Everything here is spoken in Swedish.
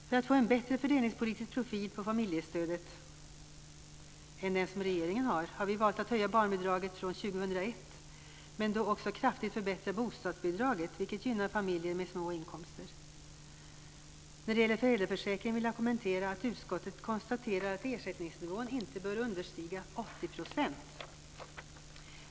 För att få en bättre fördelningspolitisk profil på familjestödet än regeringens har vi valt att höja barnbidraget från år 2001 men då också kraftigt förbättra bostadsbidraget, vilket gynnar familjer med små inkomster. När det gäller föräldraförsäkring vill jag kommentera att utskottet konstaterar att ersättningsnivån inte bör understiga 80 %.